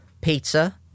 pizza